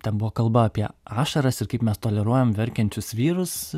ten buvo kalba apie ašaras ir kaip mes toleruojam verkiančius vyrus